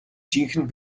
жинхэнэ